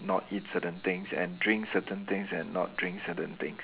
not eat certain things and drink certain things and not drink certain things